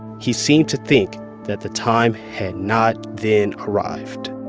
he seemed to think that the time had not then arrived